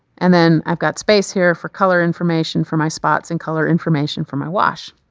and then, i've got space here for color information for my spots and color information for my wash.